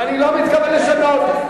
ואני לא מתכוון לשנות.